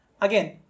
again